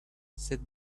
said